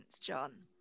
John